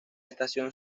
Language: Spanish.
estación